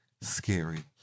scary